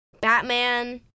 Batman